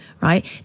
right